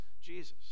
Jesus